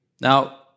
Now